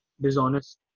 dishonest